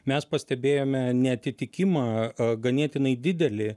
mes pastebėjome neatitikimą ganėtinai didelį